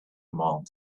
among